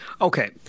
okay